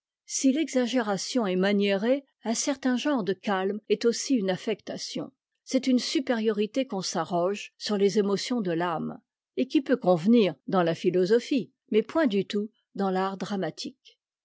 si l'exagération est maniérée un certain genre de calme est aussi une affectation c'est une supériorité qu'on s'arroge sur les émotions de l'âme et qui peut convenir dans la philosophie mais point du tout dans l'art dramatique